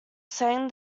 sang